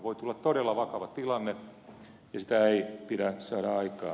voi tulla todella vakava tilanne ja sitä ei pitää saada aikaan